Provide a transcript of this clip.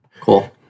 cool